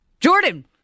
Jordan